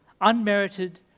Unmerited